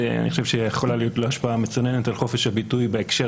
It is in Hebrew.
אני חושב שיכולה להיות לו השפעה מצננת על חופש הביטוי בהקשר